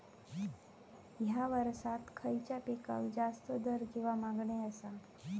हया वर्सात खइच्या पिकाक जास्त दर किंवा मागणी आसा?